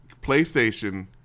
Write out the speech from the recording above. PlayStation